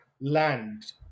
land